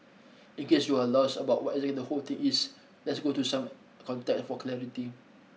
in case you're lost about what exactly the whole thing is let's go through some contact for clarity